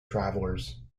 travelers